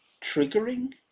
triggering